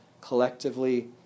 collectively